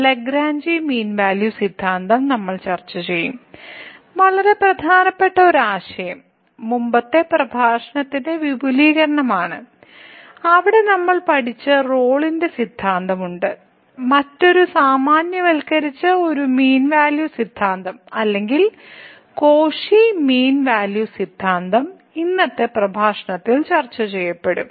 Lagrange mean value സിദ്ധാന്തം നമ്മൾ ചർച്ച ചെയ്യും വളരെ പ്രധാനപ്പെട്ട ഒരു ആശയം മുമ്പത്തെ പ്രഭാഷണത്തിന്റെ വിപുലീകരണമാണ് അവിടെ നമ്മൾ പഠിച്ച റോളിന്റെ സിദ്ധാന്തം Rolle's Theorem ഉണ്ട് മറ്റൊരു സാമാന്യവൽക്കരിച്ച ഒരു മീൻ വാല്യൂ സിദ്ധാന്തം അല്ലെങ്കിൽ കോഷി മീൻ വാല്യൂ സിദ്ധാന്തം ഇന്നത്തെ പ്രഭാഷണത്തിലും ചർച്ചചെയ്യപ്പെടും